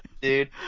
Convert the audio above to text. dude